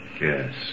Yes